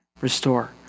restore